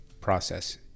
process